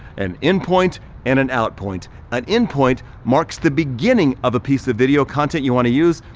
an in point and an out point. an in point marks the beginning of a piece of video content you wanna use,